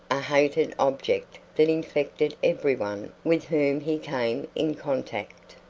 a hated object that infected every one with whom he came in contact.